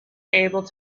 able